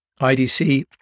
IDC